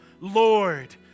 Lord